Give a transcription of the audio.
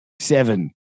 seven